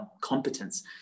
competence